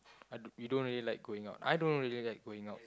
I d~ you don't really like going out I don't really like going out